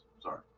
Sorry